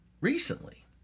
Recently